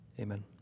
Amen